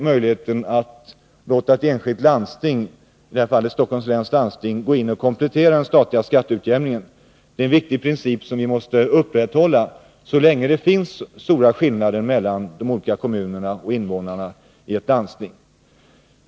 Möjligheten att låta ett enskilt landsting, i detta fall Stockholms läns landsting, komplettera den statliga skatteutjämningen bygger på en solidaritetstanke som är mycket viktig och som måste upprätthållas, så länge det finns stora skillnader mellan olika kommuner och invånare i ett landsting.